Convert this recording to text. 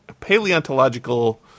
paleontological